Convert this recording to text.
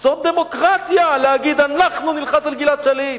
זאת דמוקרטיה להגיד: אנחנו נלחץ על גלעד שליט.